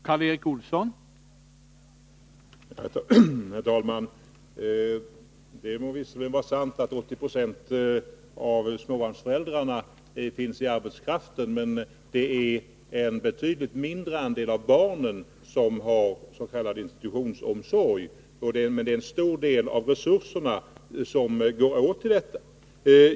Herr talman! Det må visserligen vara sant att 80 96 av småbarnsföräldrarna finns i arbetskraften. Det är en betydligt mindre andel av barnen som har s.k. institutionsomsorg, men det är en stor del av resurserna som går åt till detta.